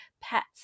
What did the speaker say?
pets